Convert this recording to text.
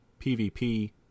PvP